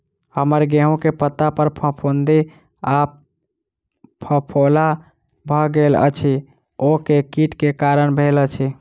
हम्मर गेंहूँ केँ पत्ता पर फफूंद आ फफोला भऽ गेल अछि, ओ केँ कीट केँ कारण भेल अछि?